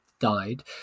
died